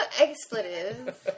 expletives